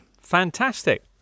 Fantastic